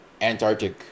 Antarctic